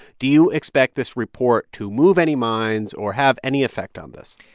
do you expect this report to move any minds or have any effect on this?